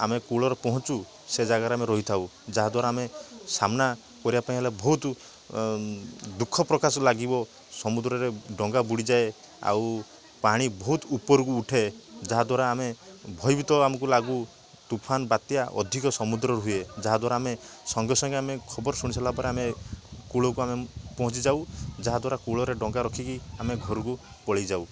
ଆମେ କୂଳରେ ପହଞ୍ଚୁ ସେ ଜାଗାରେ ଆମେ ରହିଥାଉ ଯାହାଦ୍ୱାରା ଆମେ ସାମ୍ନା କରିବାପାଇଁ ହେଲେ ବହୁତ ଦୁଃଖ ପ୍ରକାଶ ଲାଗିବ ସମୁଦ୍ରରେ ଡ଼ଙ୍ଗା ବୁଡ଼ିଯାଏ ଆଉ ପାଣି ବହୁତ ଉପରକୁ ଉଠେ ଯାହାଦ୍ୱାରା ଆମେ ଭୟଭୀତ ଆମକୁ ଲାଗୁ ତୁଫାନ ବାତ୍ୟା ଅଧିକ ସମୁଦ୍ରରେ ହୁଏ ଯାହାଦ୍ୱାରା ଆମେ ସଙ୍ଗେସଙ୍ଗେ ଆମେ ଖବର ଶୁଣିସାରିଲା ପରେ ଆମେ କୂଳକୁ ଆମେ ପହଞ୍ଚି ଯାଉ ଯାହାଦ୍ୱାରା କୂଳରେ ଡ଼ଙ୍ଗା ରଖିକି ଆମେ ଘରକୁ ପଳେଇଯାଉ